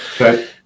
Okay